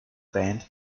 band